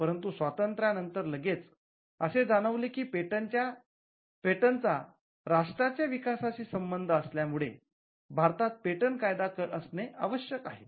परंतु स्वातंत्र्या नंतर लगेच असे जाणवले की पेटंटचा राष्ट्राच्या विकासाशी संबंध असल्यामुळे भारताचा पेटंट कायदा असणे आवश्यक आहे